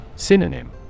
Synonym